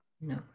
No